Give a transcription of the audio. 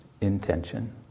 intention